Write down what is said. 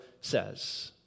says